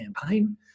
campaign